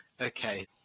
Okay